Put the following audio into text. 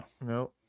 no